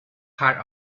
part